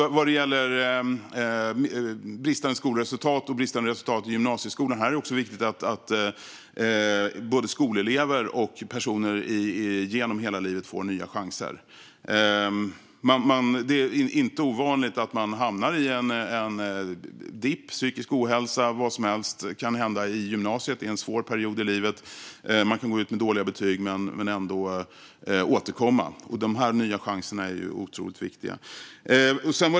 Vad gäller bristande skolresultat och bristande resultat i gymnasieskolan är det också viktigt att både skolelever och andra personer genom hela livet får nya chanser. Det är inte ovanligt att man hamnar i en dipp med psykisk ohälsa eller vad som helst i gymnasiet. Det är en svår period i livet. Man kan gå ut med dåliga betyg men ändå återkomma. De här nya chanserna är otroligt viktiga.